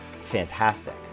fantastic